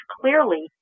clearly